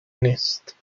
نیست